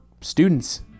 students